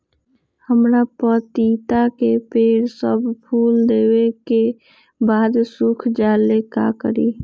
हमरा पतिता के पेड़ सब फुल देबे के बाद सुख जाले का करी?